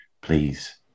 please